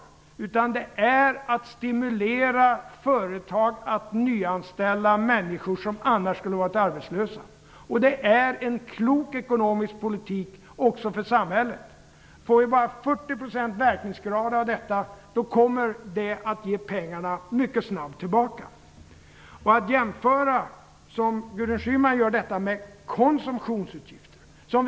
Det handlar om att stimulera företag att nyanställa människor som annars skulle vara arbetslösa. Det är en klok ekonomisk politik också för samhället. Får vi bara 40 % verkningsgrad av detta kommer pengarna snabbt tillbaka. Gudrun Schyman jämför detta med löpande konsumtionsutgifter.